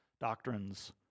doctrines